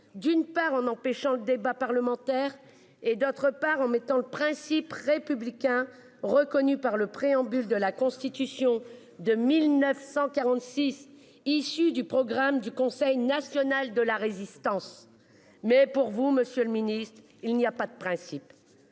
d'une part en empêchant le débat parlementaire et d'autre part, en mettant le principe républicain reconnus par le préambule de la Constitution 2946 issu du programme du Conseil national de la Résistance. Mais pour vous, Monsieur le Ministre. Il n'y a pas de principe.